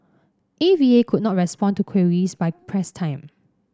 A V A could not respond to queries by press time